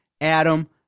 Adam